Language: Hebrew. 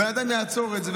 בן אדם יעצור את זה,